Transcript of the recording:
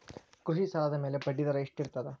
ಕೃಷಿ ಸಾಲದ ಮ್ಯಾಲೆ ಬಡ್ಡಿದರಾ ಎಷ್ಟ ಇರ್ತದ?